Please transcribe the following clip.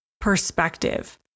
perspective